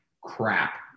crap